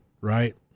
right